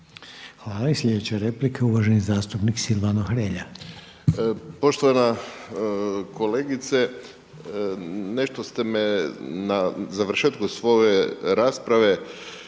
Hvala. I sljedeća replika uvaženi zastupnik Silvano Hrelja.